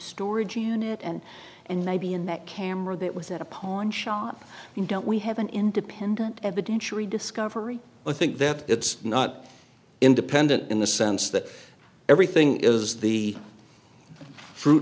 storage unit and and maybe in that camera that was at a pawn shop you don't we have an independent evidence surely discovery i think that it's not independent in the sense that everything is the fruit